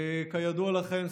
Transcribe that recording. כידוע לכם,